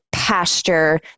pasture